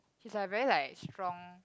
she's like very like strong